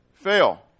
fail